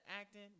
acting